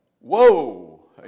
Whoa